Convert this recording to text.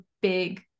big